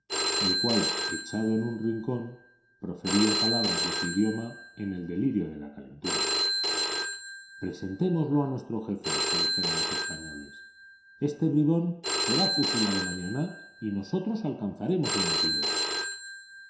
el cual echado en un rincón profería palabras de su idioma en el delirio de la calentura presentémoslo a nuestro jefe se dijeron los españoles este bribón será fusilado mañana y nosotros alcanzaremos un empleo